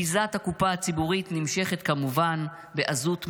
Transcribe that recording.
ביזת הקופה הציבורית כמובן נמשכת בעזות מצח.